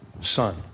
son